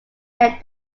kept